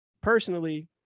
personally